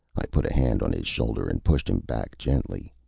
i put a hand on his shoulder and pushed him back gently.